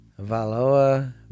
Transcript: Valoa